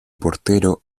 portero